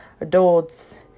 adults